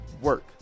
work